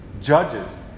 judges